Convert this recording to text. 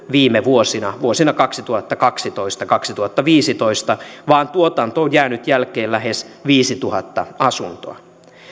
viime vuosina vuosina kaksituhattakaksitoista viiva kaksituhattaviisitoista vaan tuotanto on jäänyt jälkeen lähes viisituhatta asuntoa